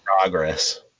Progress